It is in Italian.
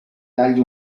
dagli